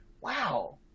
wow